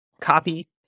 copy